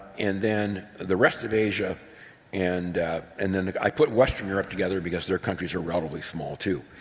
and then the rest of asia and and then i put western europe together because their countries are relatively small too.